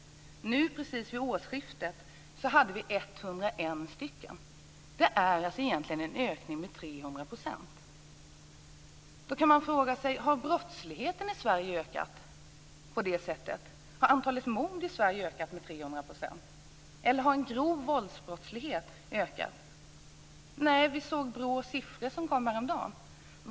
Nu vid årsskiftet hade vi 101 livstidsdömda - alltså en ökning med 300 %. Då kan man fråga sig: Har brottsligheten i Sverige ökat på motsvarande sätt? Har antalet mord i Sverige ökat med 300 % eller har den grova våldsbrottsligheten ökat? Nej. BRÅ:s siffror kom häromdagen.